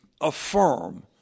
affirm